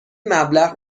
مبلغ